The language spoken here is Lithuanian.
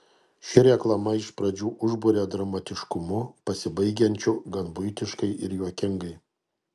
ši reklama iš pradžių užburia dramatiškumu pasibaigiančiu gan buitiškai ir juokingai